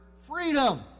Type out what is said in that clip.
freedom